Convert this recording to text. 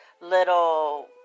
little